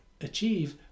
achieve